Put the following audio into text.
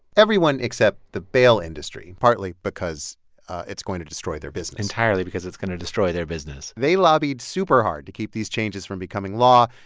everyone except the bail industry, partly because it's going to destroy their business entirely because it's going to destroy their business they lobbied super hard to keep these changes from becoming law.